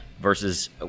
versus